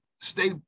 stay